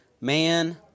man